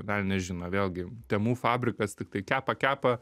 velnias žino vėlgi temu fabrikas tiktai kepa kepa